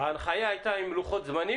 יהודה, ההנחיה הייתה עם לוחות זמנים?